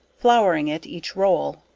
flowring it each roll.